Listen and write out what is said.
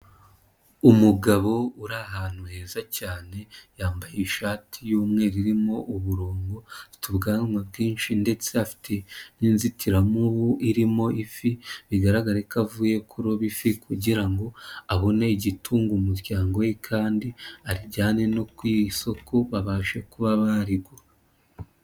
Umugabo uri ahantu heza cyane yambaye ishati y'umweru irimo uburongo afite ubwanwa bwinshi ndetse afite n'inzitiramubu irimo ifi bigaragare ko avuye ku rubafi kugira ngo abone igitunga umuryango we kandi ajyane no ku isoko babashe kuba baribo.